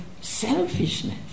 selfishness